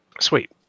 Sweet